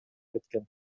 кеткен